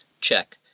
Check